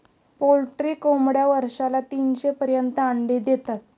poultry कोंबड्या वर्षाला तीनशे पर्यंत अंडी देतात